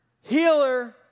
healer